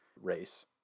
race